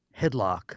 Headlock